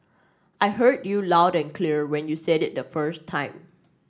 I heard you loud and clear when you said it the first time